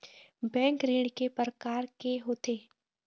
Bank ऋण के प्रकार के होथे?